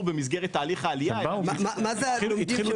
במסגרת תהליך העלייה --- מה זה פותחים תיק?